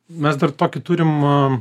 mes dar tokį turim a